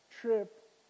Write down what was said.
trip